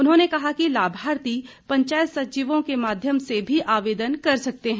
उन्होंने कहा कि लाभार्थी पंचायत सचिवों के माध्यम से भी आवेदन कर सकते हैं